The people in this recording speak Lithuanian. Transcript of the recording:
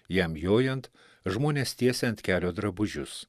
jam jojant žmonės tiesė ant kelio drabužius